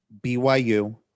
BYU